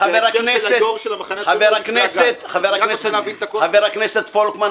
חבר הכנסת פולקמן,